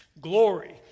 glory